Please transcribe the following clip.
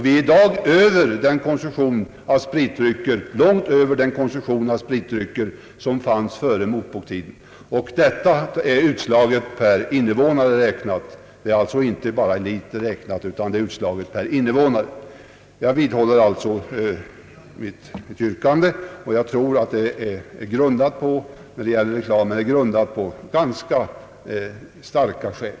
Vi har i dag nått långt över den konsumtion av spritdrycker som vi hade före motbokstiden. Detta gäller inte bara räknat i liter utan utslaget per invånare. Jag vidhåller alltså mitt yrkande, och jag tror att det är grundat på ganska starka skäl.